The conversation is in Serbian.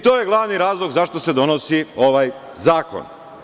To je glavni razlog zašto se donosi ovaj zakon.